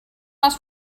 last